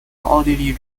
奥地利